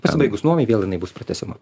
pasibaigus nuomai vėl jinai bus pratęsiama